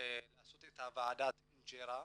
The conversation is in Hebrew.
לעשות את ועדת אינג'רה,